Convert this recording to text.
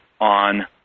on